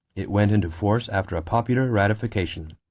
it went into force after a popular ratification.